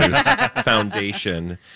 Foundation